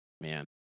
Man